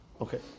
Okay